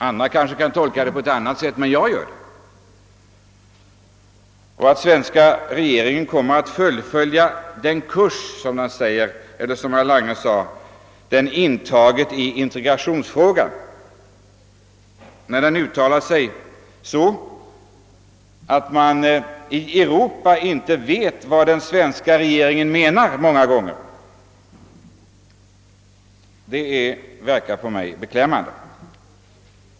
Andra kanske kan tolka det på annat sätt, men sådan är i alla fall min tolkning. Att svenska regeringen kommer att fullfölja den kurs som Sverige har intagit i integrationsfrågan genom att uttala sig så, att man i Europa många gånger inte vet vad den svenska regeringen menar, verkar beklämmande på mig.